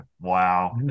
Wow